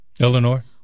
Eleanor